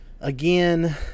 again